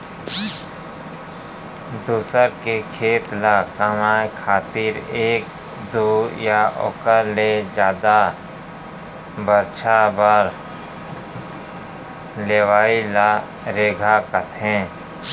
दूसर के खेत ल कमाए खातिर एक दू या ओकर ले जादा बछर बर लेवइ ल रेगहा कथें